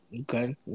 Okay